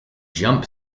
jump